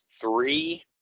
three